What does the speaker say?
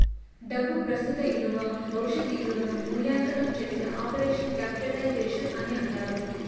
డబ్బు ప్రస్తుత ఇలువ భవిష్యత్ ఇలువను మూల్యాంకనం చేసే ఆపరేషన్ క్యాపిటలైజేషన్ అని అంటారు